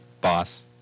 boss